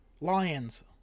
Lions